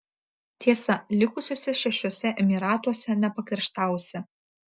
tiesa likusiuose šešiuose emyratuose nepakerštausi